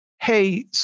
hey